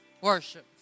worship